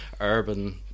urban